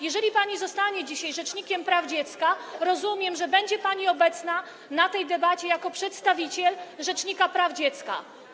Jeżeli pani zostanie dzisiaj rzecznikiem praw dziecka, to rozumiem, że będzie pani obecna na tej debacie jako przedstawiciel rzecznika praw dziecka.